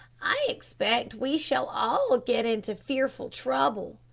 i expect we shall all get into fearful trouble.